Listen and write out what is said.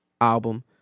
album